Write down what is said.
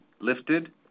lifted